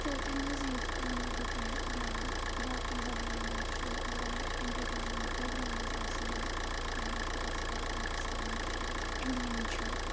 تہٕ امہِ مزیٖد وَنو بہٕ تۄہہِ بیٛاکھ باقیَن زَبٲنۍ منٛز چھُ وارِیاہ اٮ۪نٹَرٹینِنٛگ پرٛوگرامٕز آسان خاص کَر پاکِستانی چھِ اِنڈیَن چھُ